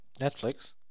Netflix